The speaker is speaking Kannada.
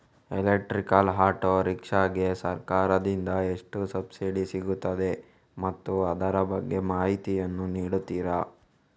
ಎಲೆಕ್ಟ್ರಿಕಲ್ ಆಟೋ ರಿಕ್ಷಾ ಗೆ ಸರ್ಕಾರ ದಿಂದ ಎಷ್ಟು ಸಬ್ಸಿಡಿ ಸಿಗುತ್ತದೆ ಮತ್ತು ಅದರ ಬಗ್ಗೆ ಮಾಹಿತಿ ಯನ್ನು ನೀಡುತೀರಾ?